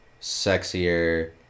sexier